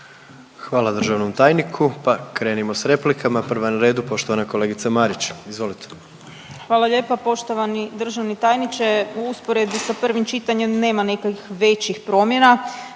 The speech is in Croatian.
Hvala državnom tajniku. Pa krenimo s replikama. Prva na redu poštovana kolegica Marić. Izvolite. **Marić, Andreja (SDP)** Hvala lijepa. Poštovani državni tajniče u usporedbi sa prvim čitanjem nema nikakvih većih promjena,